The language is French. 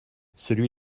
celui